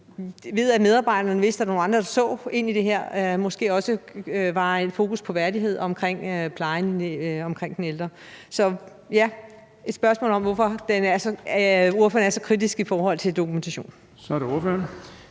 hvor medarbejderne vidste, at der var nogle andre, der så ind i det her, så der måske var et fokus på værdighed omkring plejen omkring den ældre. Ja, det er et spørgsmål om, hvorfor ordføreren er så kritisk i forhold til dokumentation. Kl. 14:59 Den